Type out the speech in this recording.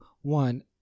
One